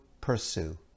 pursue